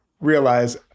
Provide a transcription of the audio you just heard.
realize